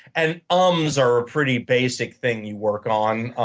and ums are a pretty basic thing you work on.